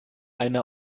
einer